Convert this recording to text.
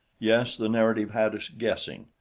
yes, the narrative had us guessing.